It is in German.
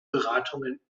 beratungen